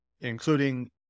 including